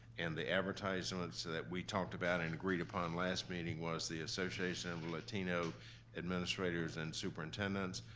and the advertisements that we talked about and agreed upon last meeting was the association of latino administrators and superintendents,